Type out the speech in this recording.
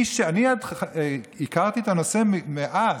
אני הכרתי את הנושא מאז.